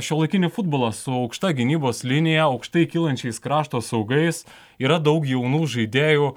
šiuolaikinį futbolą su aukšta gynybos linija aukštai kylančiais krašto saugais yra daug jaunų žaidėjų